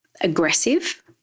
Aggressive